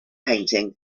painting